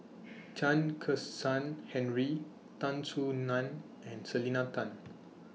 Chen Kezhan Henri Tan Soo NAN and Selena Tan